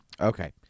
Okay